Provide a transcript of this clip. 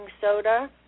soda